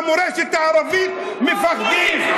אתם אפילו מהמורשת הערבית מפחדים.